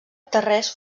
tarrés